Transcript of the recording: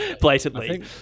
blatantly